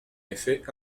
effet